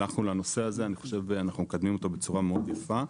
ואני חושב שאנחנו מקדמים אותו בצורה מאוד יפה.